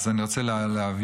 אז אני רוצה להבהיר